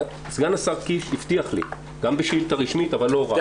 סגן השר קיש הבטיח לי גם בשאילתה רשמית אבל לא רק,